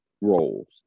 roles